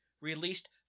released